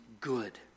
good